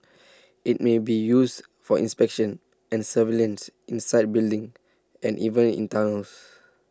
IT may be used for inspection and surveillance inside buildings and even in tunnels